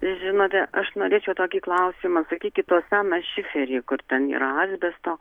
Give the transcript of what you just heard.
žinote aš norėčiau tokį klausimą sakykit o seną šiferį kur ten yra asbesto